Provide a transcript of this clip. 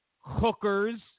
hookers